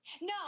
No